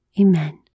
Amen